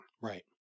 Right